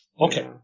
Okay